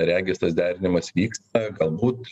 regis tas derinimas vyksta galbūt